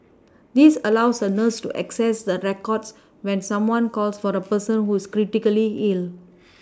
this allows the nurses to access the records when someone calls for the person who is critically ill